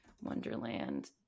Wonderland